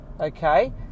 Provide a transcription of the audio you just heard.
okay